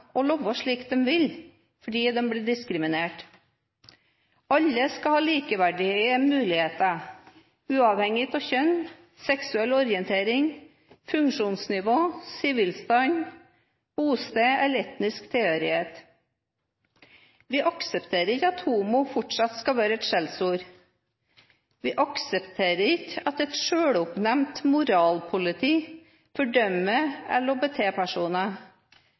og leve slik de vil, fordi de blir diskriminert. Alle skal ha likeverdige muligheter, uavhengig av kjønn, seksuell orientering, funksjonsnivå, sivilstand, bosted eller etnisk tilhørighet. Vi aksepterer ikke at «homo» fortsatt skal være et skjellsord. Vi aksepterer ikke at et selvoppnevnt moralpoliti